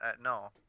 No